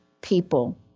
people